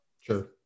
Sure